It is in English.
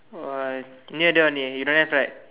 uh near there only you don't have right